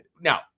Now